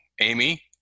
Amy